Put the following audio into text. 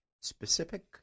specific